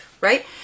right